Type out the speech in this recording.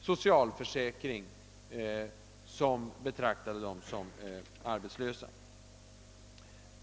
socialförsäkring skulle inrättas enligt vilken dessa kvinnor, om de inte kunde erhålla något arbete, skulle betraktas som arbetslösa.